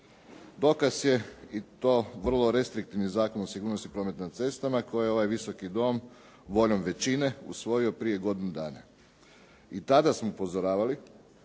Dokaz je i to vrlo restriktivni Zakon o sigurnosti u prometu na cestama koji je ovaj Visoki dom voljom većine usvojio prije godinu dana. I tada smo upozoravali